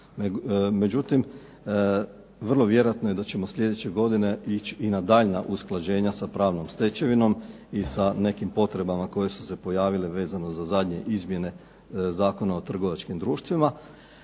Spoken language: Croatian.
Međutim, vrlo vjerojatno je da ćemo sljedeće godine ići i na daljnja usklađenja sa pravnom stečevinom i sa nekim potrebama koje su se pojavile vezano za zadnje izmjene Zakona o trgovačkim društvima.